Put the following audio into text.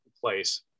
place